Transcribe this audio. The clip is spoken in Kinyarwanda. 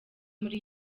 muri